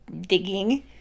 digging